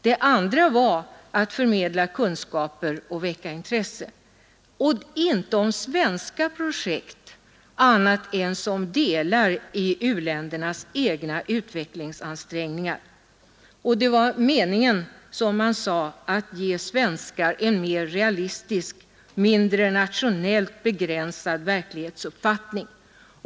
Det andra syftet var att förmedla kunskaper och väcka intresse — men inte när det gäller svenska projekt annat än som delar i u-ländernas egna utvecklingsansträngningar. Det var meningen, som man sade, att ge svenskar en mer realistisk, mindre nationellt begränsad verklighetsuppfattning.